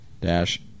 dash